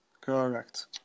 Correct